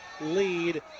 lead